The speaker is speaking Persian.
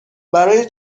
برای